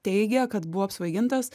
teigia kad buvo apsvaigintas